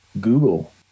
Google